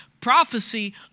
Prophecy